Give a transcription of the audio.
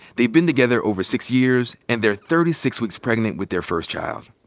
they've been together over six years and they're thirty six weeks' pregnant with their first child.